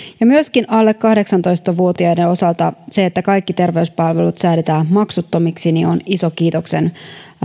myöskin alle kahdeksantoista vuotiaiden osalta se että kaikki terveyspalvelut säädetään maksuttomiksi on iso kiitoksen